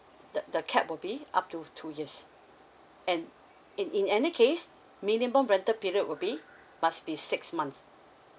the the cap will be up to two years and in in any case minimum rental period will be must be six months